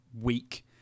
week